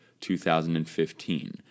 2015